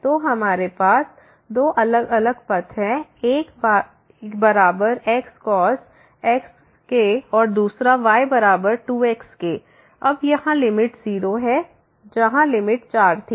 तो हमारे पास 2 अलग अलग पाथ हैं एक y बराबर x cos x के और दूसरा y बराबर 2x के अब यहां लिमिट 0 है जहां लिमिट 4 थी